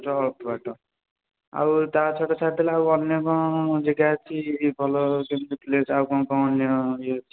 ଅଳ୍ପ ବାଟ ଆଉ ତା' ଛଡ଼ା ଛାଡ଼ି ଦେଲେ ଆଉ ଅନ୍ୟ କ'ଣ ଜାଗା କି ଭଲ ଯେମିତି ପ୍ଲେସ୍ ଆଉ କ'ଣ କ'ଣ ଅନ୍ୟ ୟେ ଅଛି